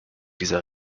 dieser